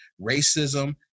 racism